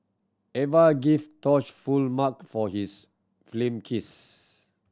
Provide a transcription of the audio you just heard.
Eva gave Tosh full mark for his film kiss